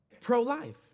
pro-life